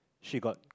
she got